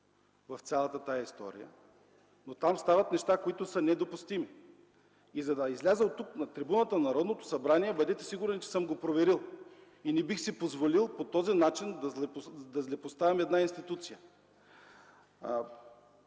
в цялата тази история, но там стават неща, които са недопустими. И за да изляза тук, на трибуната на Народното събрание, бъдете сигурни, че съм го проверил и не бих си позволил по този начин да злепоставям една институция.